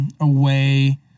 away